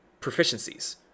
proficiencies